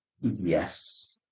Yes